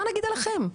מה נגיד עליכם?